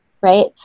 right